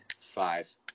five